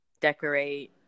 decorate